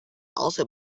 also